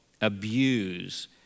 abuse